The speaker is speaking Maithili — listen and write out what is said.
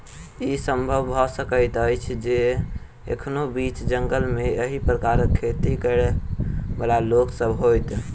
ई संभव भ सकैत अछि जे एखनो बीच जंगल मे एहि प्रकारक खेती करयबाला लोक सभ होथि